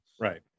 Right